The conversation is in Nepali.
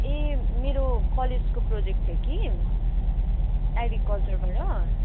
ए मेरो कोलेजको प्रोजेक्ट थियो कि एग्रिकल्चरबाट